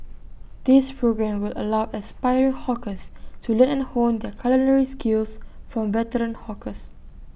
this programme will allow aspiring hawkers to learn and hone their culinary skills from veteran hawkers